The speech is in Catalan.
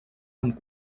amb